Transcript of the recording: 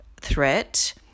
threat